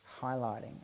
highlighting